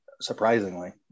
surprisingly